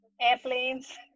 airplanes